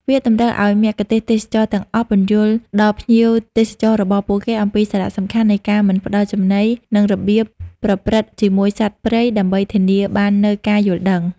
វាតម្រូវឱ្យមគ្គុទ្ទេសក៍ទេសចរណ៍ទាំងអស់ពន្យល់ដល់ភ្ញៀវទេសចររបស់ពួកគេអំពីសារៈសំខាន់នៃការមិនផ្តល់ចំណី និងរបៀបប្រព្រឹត្តជាមួយសត្វព្រៃ ដើម្បីធានាបាននូវការយល់ដឹង។